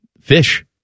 Fish